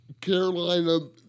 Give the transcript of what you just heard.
Carolina